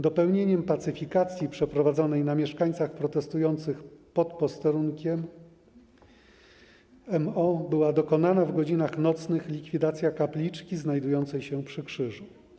Dopełnieniem pacyfikacji przeprowadzonej na mieszkańcach protestujących pod posterunkiem MO była dokonana w godzinach nocnych likwidacja kapliczki znajdującej się przy krzyżu.